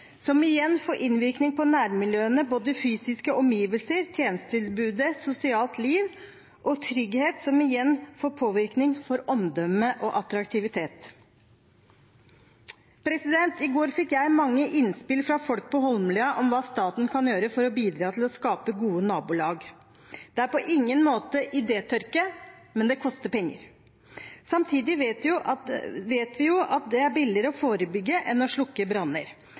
som igjen får innvirkning på nærmiljøene, både fysiske omgivelser, tjenestetilbudet, sosialt liv og trygghet, som igjen får påvirkning på omdømme og attraktivitet. I går fikk jeg mange innspill fra folk på Holmlia om hva staten kan gjøre for å bidra til å skape gode nabolag. Det er på ingen måte idétørke, men det koster penger. Samtidig vet vi jo at det er billigere å forebygge enn å slukke branner.